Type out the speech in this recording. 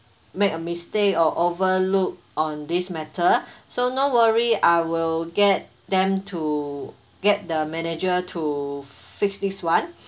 make a mistake or overlook on this matter so no worry I will get them to get the manager to fix this [one]